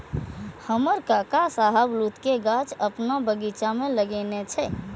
हमर काका शाहबलूत के गाछ अपन बगीचा मे लगेने छै